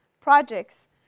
projects